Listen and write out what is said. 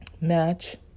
match